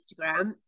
Instagram